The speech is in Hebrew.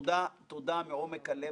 תודה, תודה מעומק הלב.